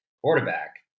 quarterback